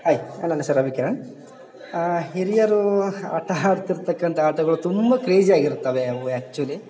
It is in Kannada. ಹಾಯ್ ನನ್ನಹೆಸ್ರು ರವಿಕಿರಣ್ ಹಿರಿಯರು ಆಟಾಡ್ತಿರ್ತಕ್ಕಂಥ ಆಟಗಳು ತುಂಬ ಕ್ರೇಜಿಯಾಗಿರ್ತವೆ ಅವು ಆ್ಯಕ್ಚುವಲಿ